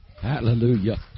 Hallelujah